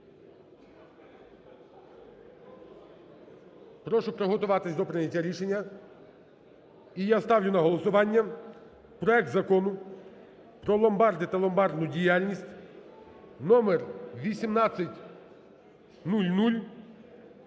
Прошу приготуватись до прийняття рішення. І я ставлю на голосування проект Закону про ломбарди та ломбардну діяльність (№1800)